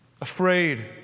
afraid